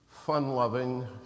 fun-loving